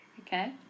Okay